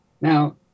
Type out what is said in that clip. Now